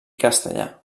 castellà